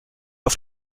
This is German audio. auf